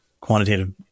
quantitative